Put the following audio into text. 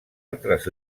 altres